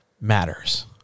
matters